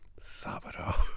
Sabado